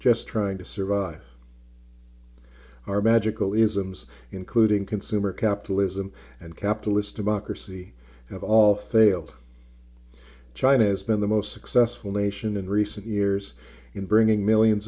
just trying to survive our magical isms including consumer capitalism and capitalist democracy have all failed china has been the most successful nation in recent years in bringing millions